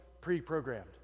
pre-programmed